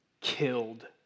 killed